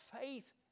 faith